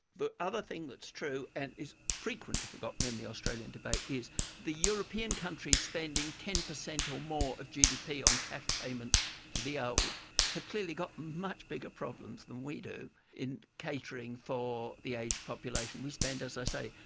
the other thing that's true and is frequently forgotten in the australian debate is the european countries spending ten percent or more of gdp on cash payments to the old have clearly got much bigger problems than we do in catering for the aged population. we spend, as i say,